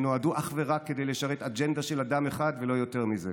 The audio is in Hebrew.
שנועדו אך ורק לשרת אג'נדה של אדם אחד ולא יותר מזה.